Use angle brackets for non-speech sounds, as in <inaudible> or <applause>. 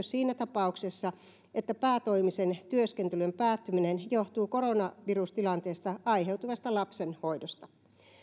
<unintelligible> siinä tapauksessa että päätoimisen työskentelyn päättyminen johtuu koronavirustilanteesta aiheutuvasta lapsen hoidosta